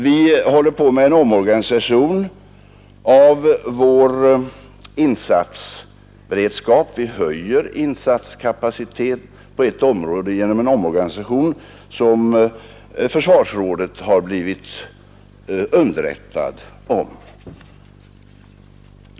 Vi håller på med en omorganisation av vår insatsberedskap. Vi höjer insatskapaciteten på ett område genom en omorganisation som försvarsrådet har blivit underrättat om.